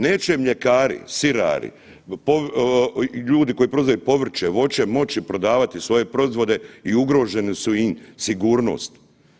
Neće mljekari, sirari, ljudi koji prodaju povrće, voće, moći prodavati svoje proizvode i ugroženi su im sigurnost.